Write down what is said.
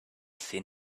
seen